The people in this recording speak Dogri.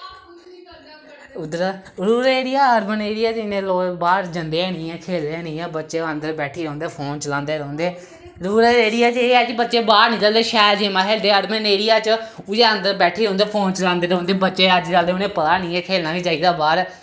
उद्धरा रूरल एरिया अर्बन एरिया च इ'न्ने लोग बाह्र जंदे है नि ऐ खेलदे गै नी हैन बच्चे अन्दर बैठी रौंह्दे फोन चलादे रौंह्दे रूरल एरिया च एह् ऐ कि बच्चे बाह्र निकलदे शैल गेमां खेलदे अर्बन एरिया च उ'ऐ अन्दर बैठी रौंह्दे फोन चलांदे रौंह्दे बच्चे अज्जकल उ'नेंगी पता नी ऐ खेलना बी चाहिदा बाह्र